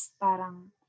parang